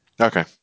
Okay